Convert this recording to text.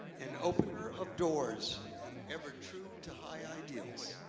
an opener of doors ever true to high ideals,